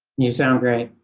you sound great,